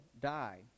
die